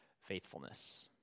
faithfulness